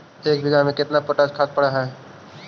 एक बिघा में केतना पोटास खाद पड़ है?